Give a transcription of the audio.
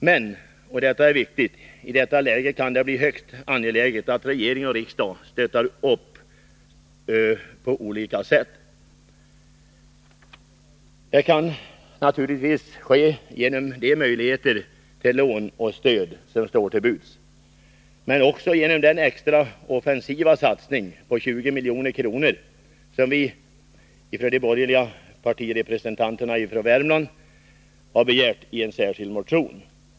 Men — och det är viktigt — i detta läge kan det bli högst angeläget att regering och riksdag stöttar upp på olika sätt. Det kan naturligtvis ske genom de möjligheter till lån och stöd i övrigt som står till buds men också genom den extra offensiva satsning på 20 milj.kr. som vi — de borgerliga partiernas representanter för Värmland — begärt i en särskild motion.